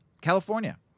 California